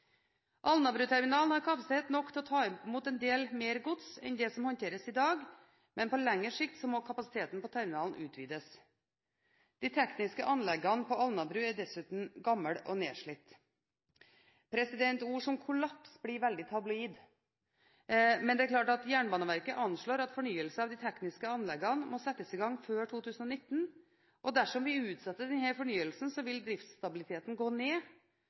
Alnabruterminalen har kapasitet nok til å ta imot en del mer gods enn det som håndteres i dag, men på lengre sikt må kapasiteten på terminalen utvides. De tekniske anleggene på Alnabru er dessuten gamle og nedslitte. Ord som «kollaps» blir veldig tabloid. Men det er klart at Jernbaneverket anslår at fornyelse av de tekniske anleggene må settes i gang før 2019. Dersom vi utsetter denne fornyelsen, vil driftsstabiliteten gå ned.